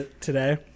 today